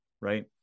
right